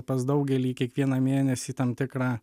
pas daugelį kiekvieną mėnesį tam tikrą